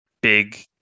big